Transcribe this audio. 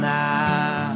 now